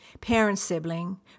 parent-sibling